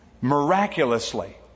miraculously